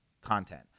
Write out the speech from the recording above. content